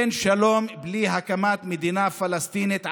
אין שלום בלי הקמת מדינה פלסטינית עצמאית,